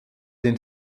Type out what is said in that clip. den